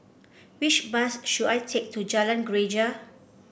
which bus should I take to Jalan Greja